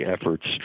efforts